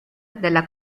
della